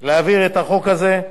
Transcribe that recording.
להעביר את החוק הזה.